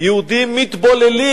יהודים מתבוללים.